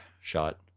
shot